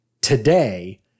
today